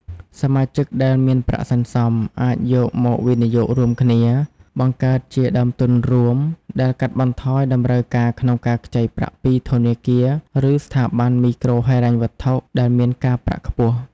សមាជិកដែលមានប្រាក់សន្សំ អាចយកមកវិនិយោគរួមគ្នា បង្កើតជាដើមទុនរួម ដែលកាត់បន្ថយតម្រូវការក្នុងការខ្ចីប្រាក់ពីធនាគារ ឬស្ថាប័នមីក្រូហិរញ្ញវត្ថុដែលមានការប្រាក់ខ្ពស់។